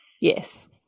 Yes